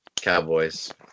Cowboys